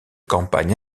campagne